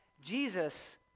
Jesus